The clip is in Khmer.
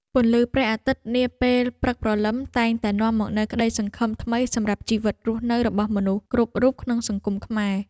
ពន្លឺព្រះអាទិត្យនាពេលព្រឹកព្រលឹមតែងតែនាំមកនូវក្តីសង្ឃឹមថ្មីសម្រាប់ជីវិតរស់នៅរបស់មនុស្សគ្រប់រូបក្នុងសង្គមខ្មែរ។